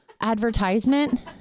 advertisement